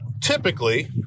typically